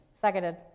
Seconded